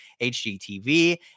HGTV